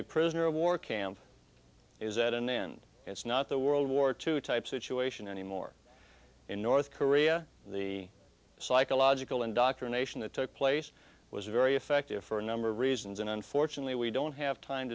a prisoner of war camp is at an end it's not the world war two type situation anymore in north korea the psychological indoctrination that took place was very effective for a number of reasons and unfortunately we don't have time